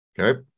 okay